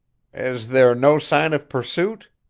is there no sign of pursuit?